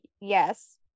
yes